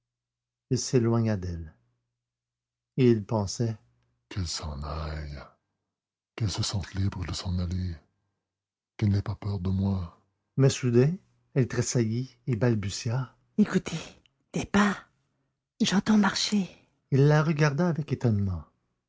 d'elle et il pensait qu'elle s'en aille qu'elle se sente libre de s'en aller qu'elle n'ait pas peur de moi mais soudain elle tressaillit et balbutia écoutez des pas j'entends marcher il la regarda avec étonnement